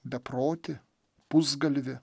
beproti pusgalvi